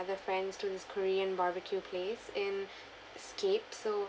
other friends to this korean barbecue place in scape so